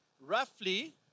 roughly